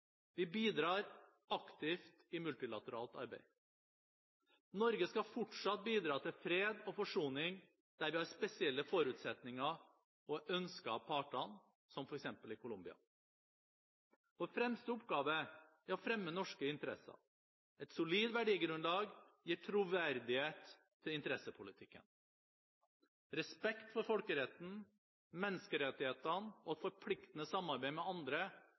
Vi bidrar aktivt i multilateralt arbeid. Norge skal fortsatt bidra til fred og forsoning der vi har spesielle forutsetninger og er ønsket av partene, som f.eks. i Colombia. Vår fremste oppgave er å fremme norske interesser. Et solid verdigrunnlag gir troverdighet til interessepolitikken. Respekt for folkeretten, menneskerettighetene og et forpliktende samarbeid med andre